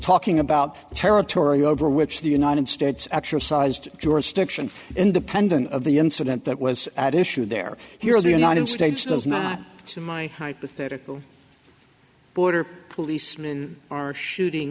talking about the territory over which the united states exercised jurisdiction independent of the incident that was at issue there here in the united states does not in my hypothetical border policemen are shooting